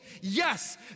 Yes